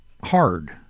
Hard